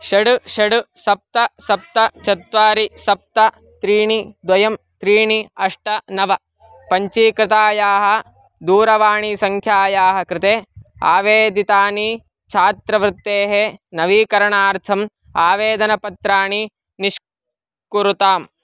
षट् षट् सप्त सप्त चत्वारि सप्त त्रीणि द्वे त्रीणि अष्ट नव पञ्जीकृतायाः दूरवाणीसङ्ख्यायाः कृते आवेदितानि छात्रवृत्तेः नवीकरणार्थम् आवेदनपत्राणि निष्कुरुताम्